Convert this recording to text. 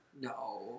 No